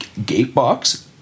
Gatebox